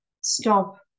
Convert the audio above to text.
stop